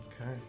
Okay